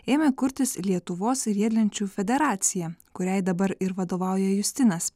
ėmė kurtis lietuvos riedlenčių federacija kuriai dabar ir vadovauja justinas